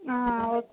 అవును